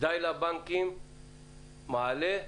"די לבנקים מעל החוק"